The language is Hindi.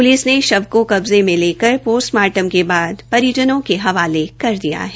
प्लिस ने शव को कब्जे में लेकर पोस्टमार्टम के बाद परिजनों के हवाले कर दिया है